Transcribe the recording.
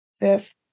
Fifth